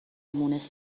مونس